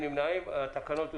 התקנות אושרו.